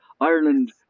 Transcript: ireland